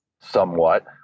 Somewhat